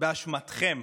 באשמתכם,